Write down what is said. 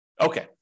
Okay